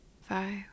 five